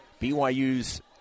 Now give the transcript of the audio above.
BYU's